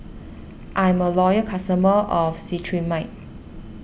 I'm a loyal customer of Cetrimide